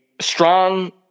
strong